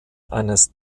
eines